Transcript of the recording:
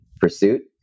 pursuit